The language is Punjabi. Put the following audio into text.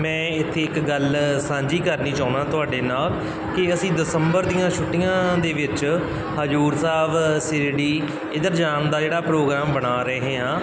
ਮੈਂ ਇੱਥੇ ਇੱਕ ਗੱਲ ਸਾਂਝੀ ਕਰਨੀ ਚਾਹੁੰਦਾ ਤੁਹਾਡੇ ਨਾਲ ਕਿ ਅਸੀਂ ਦਸੰਬਰ ਦੀਆਂ ਛੁੱਟੀਆਂ ਦੇ ਵਿੱਚ ਹਜ਼ੂਰ ਸਾਹਿਬ ਸਿਰਡੀ ਇੱਧਰ ਜਾਣ ਦਾ ਜਿਹੜਾ ਪ੍ਰੋਗਰਾਮ ਬਣਾ ਰਹੇ ਹਾਂ